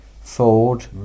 Ford